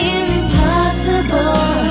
impossible